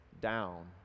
down